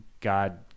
God